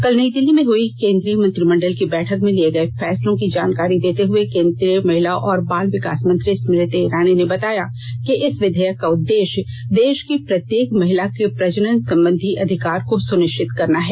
कल नई दिल्ली में हई केन्द्रीय मंत्रिमंडल की बैठक में लिये गये फैसलों की जानकारी देते हए केन्द्रीय महिला और बाल विकास मंत्री स्मृति इरानी ने बताया कि इस विधेयक का उद्देश्य देश की प्रत्येक महिला के प्रजनन संबंधी अधिकार को सुनिश्चित करना है